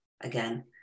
again